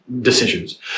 decisions